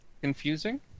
confusing